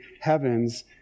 heavens